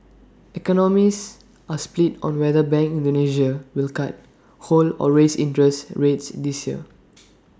economists are split on whether bank Indonesia will cut hold or raise interest rates this year